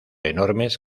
enormes